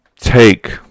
take